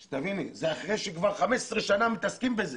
תביני, זה אחרי שכבר 15 שנים מתעסקים בזה